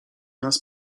nas